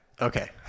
Okay